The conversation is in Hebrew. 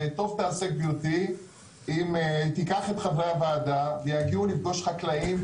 טוב תעשה גברתי אם תיקח את חברי הוועדה ויגיעו לפגוש חקלאים,